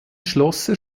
schlosser